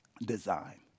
Design